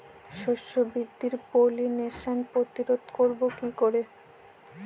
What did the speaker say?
শস্য বৃদ্ধির পলিনেশান প্রতিরোধ করব কি করে?